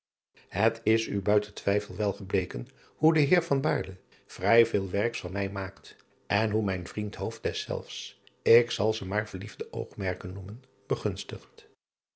et is u buiten twijfel wel gebleken hoe de eer vrij veel werks van mij maakt en hoe mijn vriend ooft deszelfs ik zal ze maar verliefde oogmerken noemen begunstigt